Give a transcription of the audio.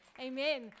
Amen